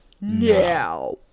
now